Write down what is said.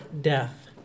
death